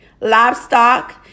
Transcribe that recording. livestock